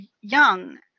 young